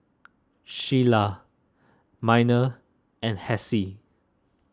Sheilah Miner and Hassie